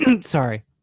Sorry